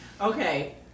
Okay